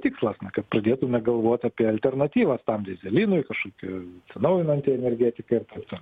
tikslas kad pradėtume galvoti apie alternatyvas tam dyzelinui kažkokiu atsinaujinanti energetika ir taip toliau